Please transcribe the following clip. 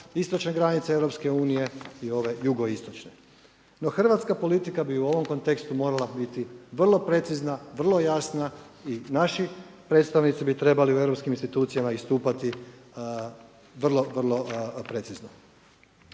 istočne granice EU i ove jugoistočne. No hrvatska politika bi u ovom kontekstu morala biti vrlo precizna vrlo jasna i naši predstavnici bi trebali u europskim institucijama istupati vrlo, vrlo precizno.